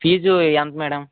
fee ఎంత madam